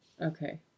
Okay